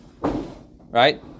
right